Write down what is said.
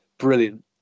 brilliant